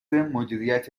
مدیریت